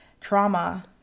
trauma